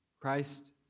Christ